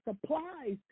supplies